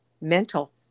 mental